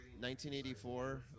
1984